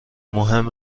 مهم